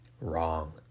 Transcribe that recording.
Wrong